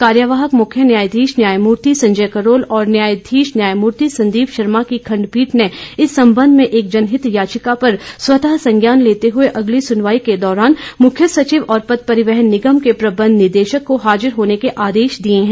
कार्यवाहक मुख्य न्यायाधीश न्यायमूर्ति संजय करोल और न्यायाधीश न्यायमूर्ति संदीप शर्मा की खंडपीठ ने इस संबंध में एक जनहित याचिका पर स्वतः संज्ञान लेते हुए अगली सुनवाई के दौरान मुख्य सचिव और पथ परिवहन निगम के प्रबंध निदेशक को हाजिर होने के आदेश दिए हैं